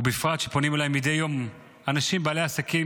בפרט כשפונים אליי מדי יום אנשים בעלי עסקים,